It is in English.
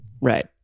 Right